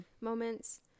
moments